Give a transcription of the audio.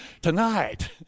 tonight